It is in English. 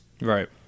Right